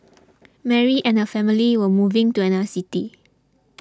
Mary and her family were moving to another city